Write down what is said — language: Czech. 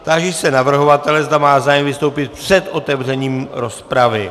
Táži se navrhovatele, zda má zájem vystoupit před otevřením rozpravy.